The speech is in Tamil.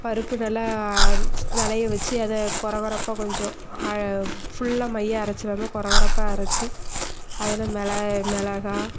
பருப்பு நல்லா நனைய வச்சு அதை கொர கொரப்பாக கொஞ்சம் ஃபுல்லாக மைய அரைச்சிடாம கொர கொரப்பாக அரைச்சி அதில் மிளகா